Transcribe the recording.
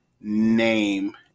name